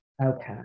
Okay